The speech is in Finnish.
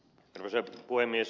arvoisa puhemies